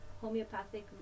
homeopathic